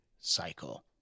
cycle